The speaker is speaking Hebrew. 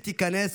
נתקבל.